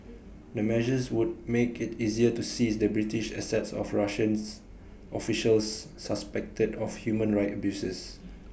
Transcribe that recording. the measures would make IT easier to seize the British assets of Russians officials suspected of human rights abuses